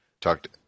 talked